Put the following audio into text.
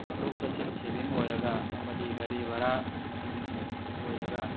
ꯆꯠꯊꯣꯛ ꯆꯠꯁꯤꯅ ꯁꯦꯕꯤꯡ ꯑꯣꯏꯔꯒ ꯑꯃꯗꯤ ꯒꯥꯔꯤ ꯚꯔꯥ ꯁꯦꯕꯤꯡ ꯑꯣꯏꯔꯒ